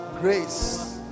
grace